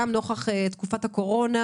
גם נוכח תקופת הקורונה